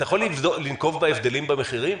אתה יכול לנקוב בהבדלים במחירים?